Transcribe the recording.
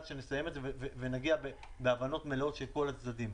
שנסיים את זה ונגיע להבנות מלאות של כל הצדדים.